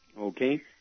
Okay